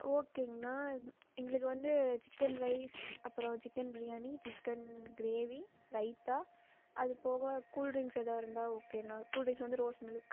ஓகேங்கண்ணா எங்களுக்கு வந்து சிக்கன் ரைஸ் அப்பறம் chicken biryani chicken gravy raita அது போக கூல்ட்ரிங்ஸ் எதாவது இருந்தால் ஓகேண்ணா கூல்ட்ரிங்ஸ் வந்து ரோஸ் மில்க்